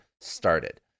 started